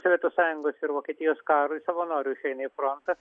sovietų sąjungos ir vokietijos karui savanoriu išeina į frontą